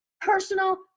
personal